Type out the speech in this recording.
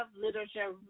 literature